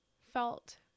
felt